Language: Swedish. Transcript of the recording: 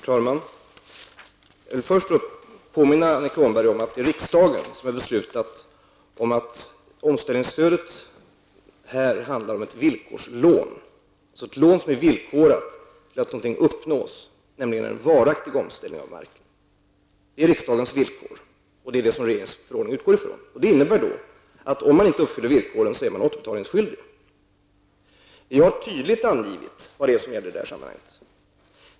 Herr talman! Jag vill först påminna Annika Åhnberg om att det är riksdagen som har fattat beslut om att omställningsstödet är ett villkorslån, dvs. ett lån som är villkorat till att något uppnås, nämligen en varaktig omställning av marken. Det är riksdagens villkor, och det är det som regeringens förordning utgår från. Det innebär att om man inte uppfyller villkoren så är man återbetalningsskyldig. Vi har tydligt angivit vad det är som gäller i detta sammanhang.